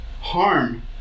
harm